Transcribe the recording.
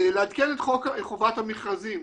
לעדכן את חוק חובת המכרזים.